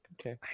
okay